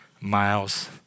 miles